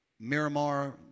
Miramar